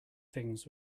things